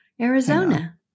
Arizona